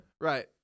Right